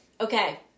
Okay